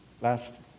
Last